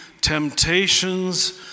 temptations